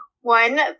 one